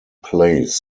plays